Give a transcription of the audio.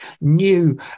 new